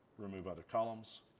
remove other columns.